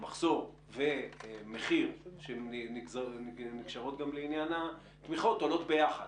מחסור ומחיר שנקשרות גם לעניין התמיכות עולות ביחד,